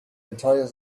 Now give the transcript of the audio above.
entire